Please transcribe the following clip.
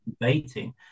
debating